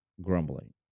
Grumbling